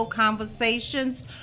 Conversations